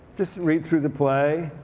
just read through the play.